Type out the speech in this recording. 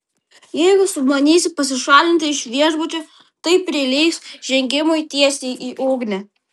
jeigu sumanysi pasišalinti iš viešbučio tai prilygs žengimui tiesiai į ugnį